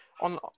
on